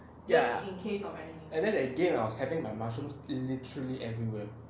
ya and then that game I was having my mushrooms literally everywhere